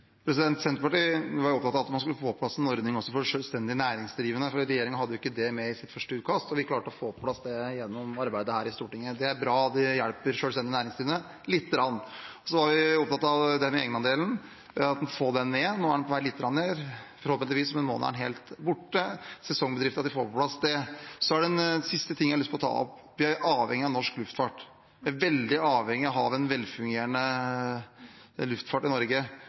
Senterpartiet var opptatt av å få på plass en ordning for selvstendig næringsdrivende også. Regjeringen hadde ikke det med i sitt første utkast, og vi klarte å få det på plass gjennom arbeid her i Stortinget. Det er bra, og det hjelper de selvstendig næringsdrivende lite grann. Vi var også opptatt av egenandelen og av å få den ned. Nå er den litt på vei ned. Forhåpentligvis er den helt borte om en måned – at man da har fått på plass det som gjelder sesongbedriftene. Jeg har lyst å ta opp en siste ting: Vi er avhengige av norsk luftfart. Vi er veldig avhengige av å ha en velfungerende luftfart i Norge.